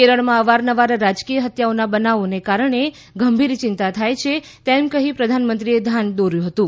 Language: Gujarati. કેરળમાં અવારનવાર રાજકીય હત્યાઓના બનાવોને કારણે ગંભીર ચિંતા થાય છે તેમ કહી પ્રધાનમંત્રી ધ્યાન દોર્યુ હતું